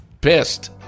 pissed